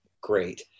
great